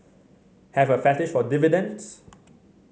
have a fetish for dividends